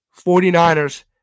49ers